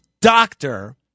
doctor